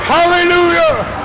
Hallelujah